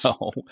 no